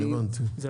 זה לא נכון.